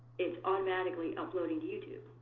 it's automatically uploading to youtube.